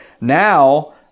Now